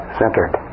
centered